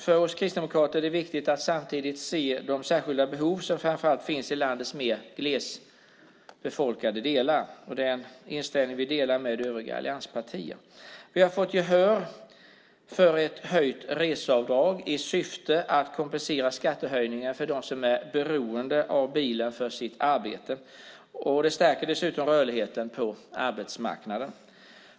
För oss kristdemokrater är det viktigt att samtidigt se de särskilda behov som finns i framför allt landets mer glesbefolkade delar. Det är en inställning som vi delar med övriga allianspartier. Vi har fått gehör för ett höjt reseavdrag i syfte att kompensera skattehöjningar för dem som i sitt arbete är beroende av bilen. Det stärker dessutom rörligheten på arbetsmarknaden.